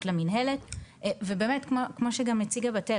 למנהלת ובאמת כמו שגם הציגה בת-אל,